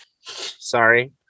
Sorry